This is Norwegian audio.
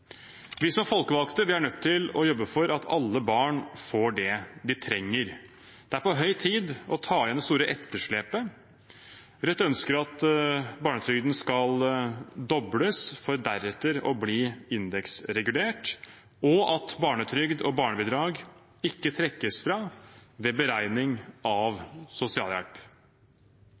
Vi som folkevalgte er nødt til å jobbe for at alle barn får det de trenger. Det er på høy tid å ta igjen det store etterslepet. Rødt ønsker at barnetrygden skal dobles for deretter å bli indeksregulert, og at barnetrygd og barnebidrag ikke trekkes fra ved beregning av sosialhjelp.